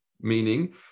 meaning